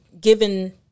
given